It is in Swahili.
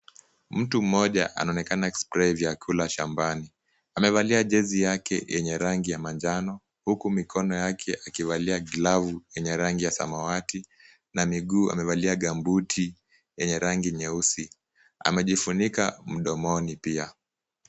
Mtu mmoja anonekana aki spray vyakula shambani. Amevalia jezi yake yenye rangi ya manjano, huku mikono yake akiwalia glavu yenye rangi ya samawati. Na miguu amevalia gambuti yenye rangi nyeusi. Amejifunika mdomoni pia.